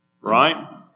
Right